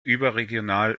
überregional